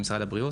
במשרד הבריאות.